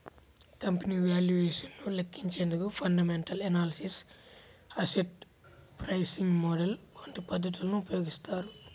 company valuation ను లెక్కించేందుకు fundamental analysis, asset pricing model వంటి పద్ధతులను ఉపయోగిస్తారు